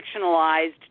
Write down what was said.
fictionalized